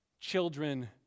Children